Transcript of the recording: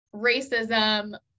racism